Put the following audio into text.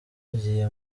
yagiye